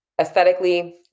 Aesthetically